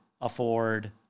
afford